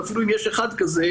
ואפילו אם יש אחד כזה,